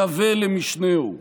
שווה למשנהו.